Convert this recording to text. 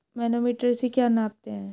Manometer से क्या नापते हैं?